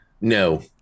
No